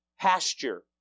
Pasture